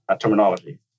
terminology